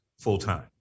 full-time